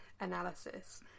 analysis